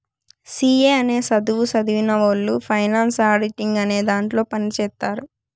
C A అనే సధువు సదివినవొళ్ళు ఫైనాన్స్ ఆడిటింగ్ అనే దాంట్లో పని చేత్తారు